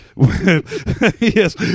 Yes